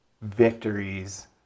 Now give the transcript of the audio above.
victories